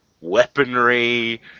weaponry